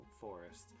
forest